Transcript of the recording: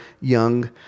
young